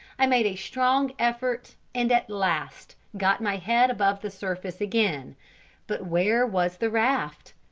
i made a strong effort, and at last, got my head above the surface again but where was the raft?